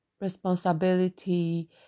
responsibility